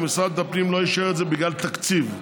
ומשרד הפנים לא אישר את זה בגלל תקציב,